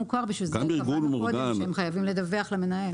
הם חייבים לדווח למנהל.